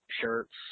shirts